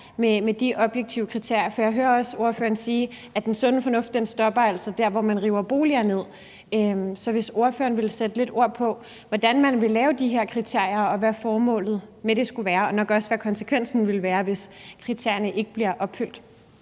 med de objektive kriterier. For jeg hører også ordføreren sige, at den sunde fornuft altså stopper der, hvor man river boliger ned. Så vil ordføreren sætte lidt ord på, hvordan man vil lave de her kriterier, og hvad formålet med det skulle være, og nok også, hvad konsekvensen vil være, hvis kriterierne ikke bliver opfyldt?